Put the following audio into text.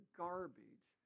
garbage